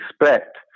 expect